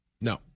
No